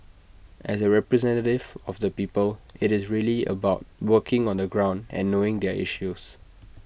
as A representative of the people IT is really about working on the ground and knowing their issues